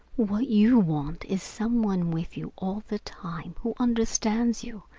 what you want is some one with you all the time who understands you,